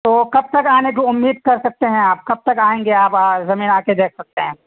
تو کب تک آنے کی امید کر سکتے ہیں آپ کب تک آئیں گے آپ زمین آکے دیکھ سکتے ہیں